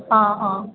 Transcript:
ହଁ ହଁ